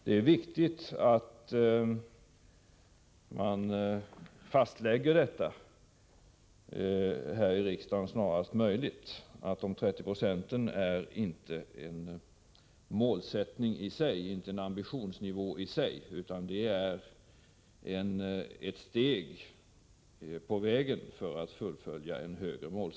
Det är viktigt att riksdagen snarast möjligt fastlägger att 30 22 inte är ett mål i sig, utan utgör ett steg på vägen att nå ett högre mål.